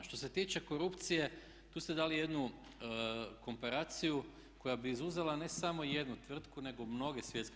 Što se tiče korupcije tu ste dali jednu komparaciju koja bi izuzela ne samo jednu tvrtku nego mnoge svjetske